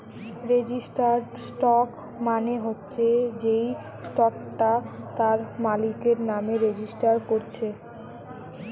registered stock মানে হচ্ছে যেই স্টকটা তার মালিকের নামে রেজিস্টার কোরছে